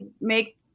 make